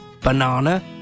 banana